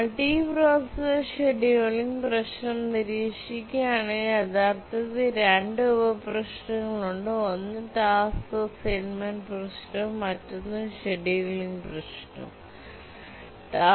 multiprocessor scheduling പ്രശ്നം നിരീക്ഷിക്കുകയാണെങ്കിൽ യഥാർത്ഥത്തിൽ 2 ഉപപ്രശ്നങ്ങൾ ഉണ്ട്ഒന്ന് ടാസ്ക് അസൈൻമെന്റ് പ്രശ്നവും മറ്റൊന്ന് ഷെഡ്യൂളിംഗ് പ്രശ്നവുമാണ്